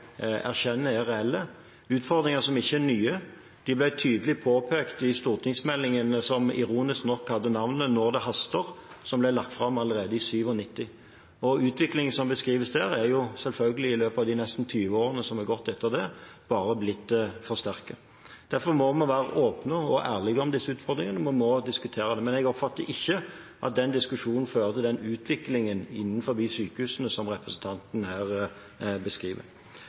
erkjenner er reelle, utfordringer som ikke er nye − de ble tydelig påpekt i utredningen som ironisk nok hadde navnet «Hvis det haster …», som ble lagt fram allerede i 1998. Utviklingen som beskrives der, er selvfølgelig i løpet av de nesten 20 årene som er gått etter det, bare blitt forsterket. Derfor må vi være åpne og ærlige om disse utfordringene og diskutere dem. Men jeg oppfatter ikke at den diskusjonen fører til den utviklingen innenfor sykehusene som representanten her beskriver.